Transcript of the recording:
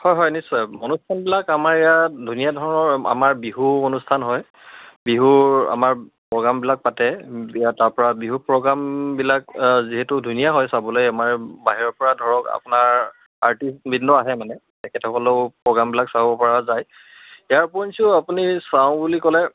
হয় হয় নিশ্চয় অনুষ্ঠানবিলাক আমাৰ ইয়াত ধুনীয়া ধৰণৰ আমাৰ বিহু অনুষ্ঠান হয় বিহুৰ আমাৰ প্ৰগ্ৰামবিলাক পাতে ইয়াৰ তাৰপৰা বিহু প্ৰগ্ৰামবিলাক যিহেতু ধুনীয়া হয় চাবলৈ আমাৰ বাহিৰৰপৰা ধৰক আপোনাৰ আৰ্টিষ্টবিন্দ আহে মানে তেখেতসকলেও প্ৰগ্ৰামবিলাক চাবপৰা যায় ইয়াৰ উপৰিঞ্চিও আপুনি চাওঁ বুলি ক'লে